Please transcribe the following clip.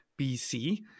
BC